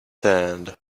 hand